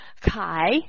Kai